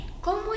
¿Cómo